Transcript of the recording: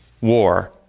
war